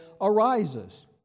arises